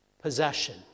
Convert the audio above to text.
possession